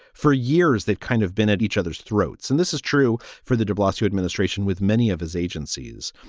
for years, they've kind of been at each other's throats. and this is true for the de blasio administration with many of his agencies.